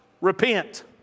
repent